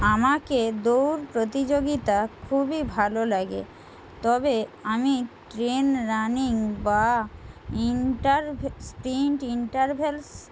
আমাকে দৌড় প্রতিযোগিতা খুবই ভালো লাগে তবে আমি ট্রেন রানিং বা ইন্টারভ্যালস